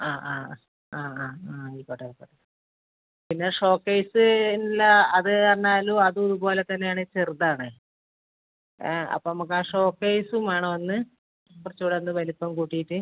ആ ആ ആ ആ ആ ആയിക്കോട്ടെ ആയിക്കോട്ടെ പിന്നെ ഷോക്കേസ് ഉള്ള അത് പറഞ്ഞാലും അതും ഇതുപോലെ തന്നെയാണ് ചെറുതാണ് ഏ അപ്പോൾ നമുക്ക് ആ ഷോക്കേസും വേണം ഒന്ന് കുറച്ചുകൂടെ ഒന്ന് വലിപ്പം കൂട്ടിയിട്ട്